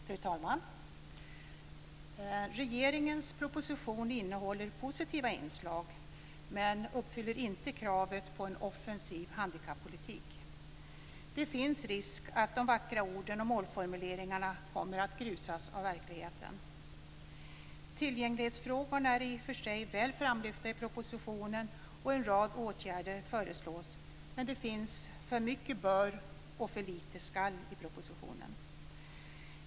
Fru talman! Regeringens proposition innehåller positiva inslag, men uppfyller inte kravet på en offensiv handikappolitik. Det finns risk för att de vackra orden och målformuleringarna kommer att grusas av verkligheten. Tillgänglighetsfrågorna är i och för sig väl framlyfta och en rad åtgärder föreslås, men det finns för mycket "bör" och för lite "skall" i propositionen.